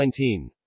19